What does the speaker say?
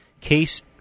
case